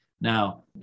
Now